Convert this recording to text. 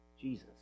Jesus